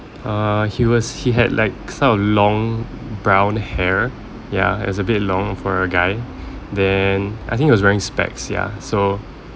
uh he was he had like sort of long brown hair ya it's a bit long for a guy then I think he was wearing specs ya so